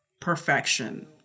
perfection